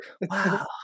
wow